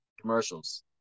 commercials